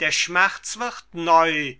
der schmerz wird neu